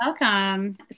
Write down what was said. Welcome